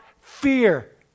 fear